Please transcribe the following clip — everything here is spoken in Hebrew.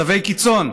מצבי קיצון,